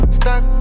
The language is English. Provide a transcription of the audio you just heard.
stuck